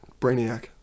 Brainiac